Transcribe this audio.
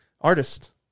artist